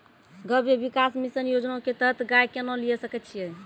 गव्य विकास मिसन योजना के तहत गाय केना लिये सकय छियै?